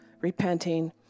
repenting